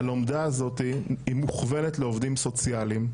הלומדה הזאת היא מוכוונת לעובדים סוציאליים,